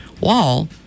wall